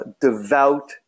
devout